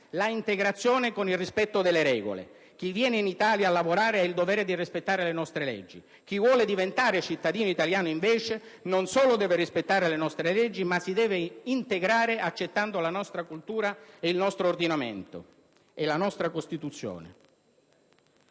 l'integrazione con il rispetto delle regole. Chi viene in Italia a lavorare ha il dovere di rispettare le nostre leggi; chi vuole diventare cittadino italiano, invece, non solo deve rispettare le nostre leggi, ma si deve integrare, accettando la nostra cultura, il nostro ordinamento e la nostra Costituzione.